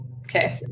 Okay